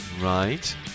Right